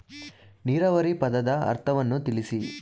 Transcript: ನೀರಾವರಿ ಪದದ ಅರ್ಥವನ್ನು ತಿಳಿಸಿ?